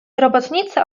robotnicy